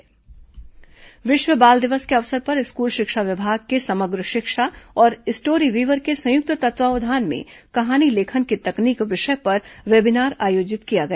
शिक्षक वेबीनार विश्व बाल दिवस के अवसर पर स्कूल शिक्षा विभाग के समग्र शिक्षा और स्टोरीवीवर के संयुक्त तत्वावधान में कहानी लेखन की तकनीक विषय पर वेबीनार आयोजित किया गया